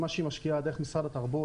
את מה שהיא משקיעה דרך משרד התרבות,